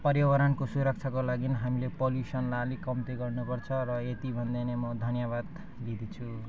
पर्यावरणको सुरक्षाको लागि हामीले पोल्युसनलाई अलिक कम्ती गर्नुपर्छ र यति भन्दै नै म धन्यवाद दिँदैछु